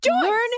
Learn